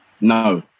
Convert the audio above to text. No